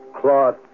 cloth